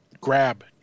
Grab